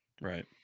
Right